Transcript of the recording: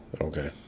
Okay